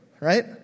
right